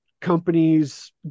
companies